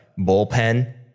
bullpen